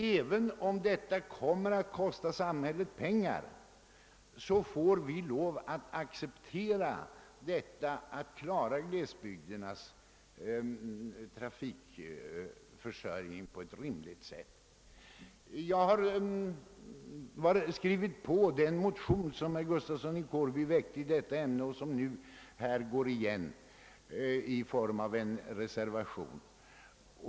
Även om detta kommer att kosta samhället pengar, får vi acceptera vår skyldighet att ordna glesbygdernas trafikförsörjning på ett rimligt sätt. Jag har skrivit under den motion som herr Gustafsson i Kårby väckt i detta ämne och som nu går igen i form av en reservation.